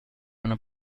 una